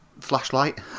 flashlight